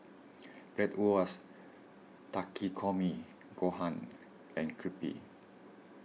Bratwurst Takikomi Gohan and Crepe